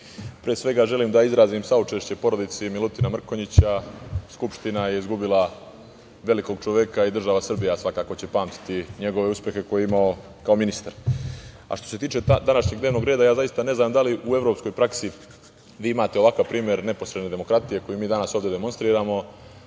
svega, želim da izrazim saučešće porodici Milutina Mrkonjića. Skupština je izgubila velikog čoveka i država Srbija će svakako pamtiti njegove uspehe koje je imao kao ministar. Što se tiče današnjeg dnevnog reda, zaista ne znam da li u evropskoj praksi vi imate ovakav primer neposredne demokratije koju mi danas ovde demonstriramo,